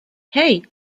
hey